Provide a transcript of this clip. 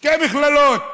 שתי מכללות.